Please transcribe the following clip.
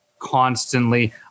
constantly